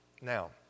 Now